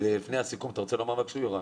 לפני הסיכום, אתה רוצה לומר משהו, יוראי?